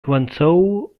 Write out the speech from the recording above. guangzhou